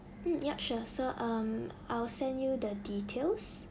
mm yup sure so um I'll send you the details